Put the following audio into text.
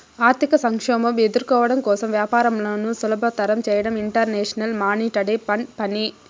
ఆర్థిక సంక్షోభం ఎదుర్కోవడం కోసం వ్యాపారంను సులభతరం చేయడం ఇంటర్నేషనల్ మానిటరీ ఫండ్ పని